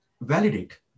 validate